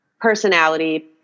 personality